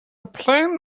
plan